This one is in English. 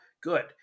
good